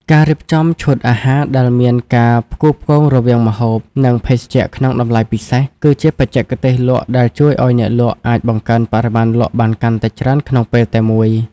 ការរៀបចំឈុតអាហារដែលមានការផ្គូរផ្គងរវាងម្ហូប និងភេសជ្ជៈក្នុងតម្លៃពិសេស គឺជាបច្ចេកទេសលក់ដែលជួយឱ្យអ្នកលក់អាចបង្កើនបរិមាណលក់បានកាន់តែច្រើនក្នុងពេលតែមួយ។